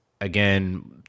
again